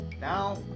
Now